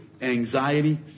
anxiety